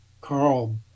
carl